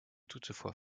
toutefois